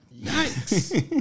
Nice